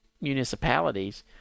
municipalities